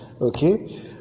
okay